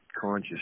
conscious